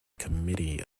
committee